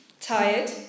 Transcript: tired